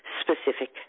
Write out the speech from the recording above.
specific